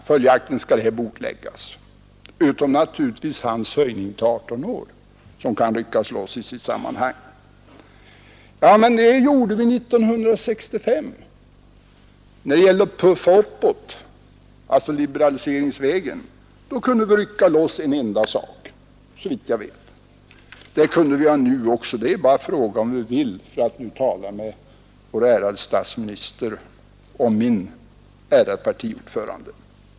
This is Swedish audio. Följaktligen skall frågan bordläggas utom naturligtvis hans eget förslag om höjningen av åldersgränsen till 18 år. Den detaljen kan ryckas loss ur sitt sammanhang. 1965 när det gällde att puffa uppåt liberaliseringsvägen kunde vi rycka loss en enda sak, såvitt jag vet. Det kunde vi göra nu också. Det är bara fråga om att vilja för att tala med vår ärade statsminister och min ärade partiordförande.